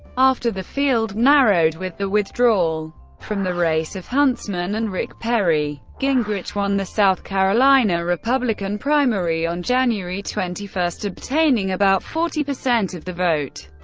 after the field narrowed with the withdrawal from the race of huntsman and rick perry, gingrich won the south carolina republican primary on january twenty one, obtaining about forty percent of the vote,